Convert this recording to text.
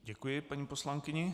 Děkuji paní poslankyni.